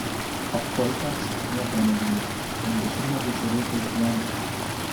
apkvaitęs nieko nebijai juk dešimtmečiui čia reikia išgyventi